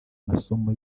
masomo